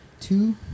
Two